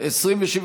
לשם החוק לא נתקבלה.